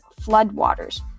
Floodwaters